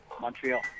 Montreal